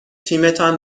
تیمتان